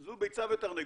זו ביצה ותרנגולת,